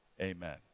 Amen